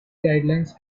guidelines